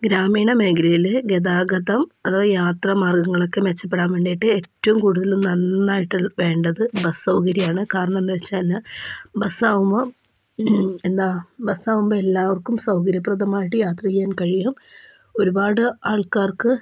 ഗ്രാമീണ മേഖലയില് ഗതാഗതം അഥവാ യാത്ര മാർഗങ്ങളൊക്കെ മെച്ചപ്പെടാൻ മേണ്ടീട്ട് ഏറ്റവും കൂടുതൽ നന്നായിട്ട് വേണ്ടത് ബസ്സ് സൗകര്യയാണ് കാരണം എന്താവെച്ച് കഴിഞ്ഞാല് ബസ്സാവുമ്പോൾ എന്താ ബസ്സാവുമ്പോ എല്ലാർക്കും സൗകര്യപ്രദമായിട്ട് യാത്ര ചെയ്യാൻ കഴിയും ഒരുപാട് ആൾക്കാർക്ക്